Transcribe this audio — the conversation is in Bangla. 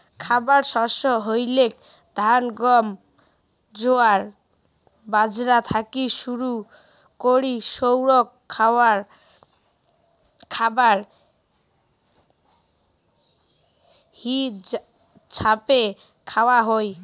খাবার শস্য হইলেক ধান, গম, জোয়ার, বাজরা থাকি শুরু করি সৌগ খাবার হিছাবে খাওয়া হই